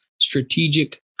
strategic